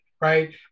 right